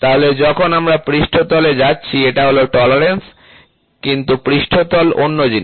তাহলে যখন আমরা পৃষ্ঠতলে যাচ্ছি এটা হল টলারেন্স কিন্তু পৃষ্ঠতল অন্য জিনিস